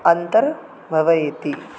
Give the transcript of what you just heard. अन्तर्भावयति